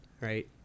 right